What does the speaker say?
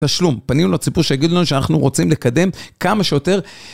תשלום, פנינו לציבור שיגידו לנו שאנחנו רוצים לקדם כמה שיותר.